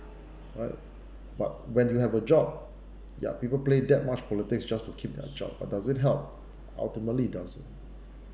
alright but when you have the job yup people play that much politics just to keep their job but does it help ultimately it doesn't